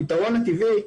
הפתרון הטבעי,